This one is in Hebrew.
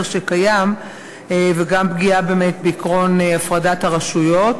שקיים וגם פגיעה באמת בעקרון הפרדת הרשויות.